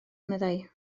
meddai